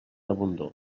abundor